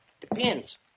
Depends